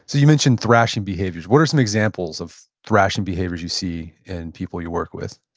so you mentioned thrashing behaviors. what are some examples of thrashing behaviors you see in people you work with?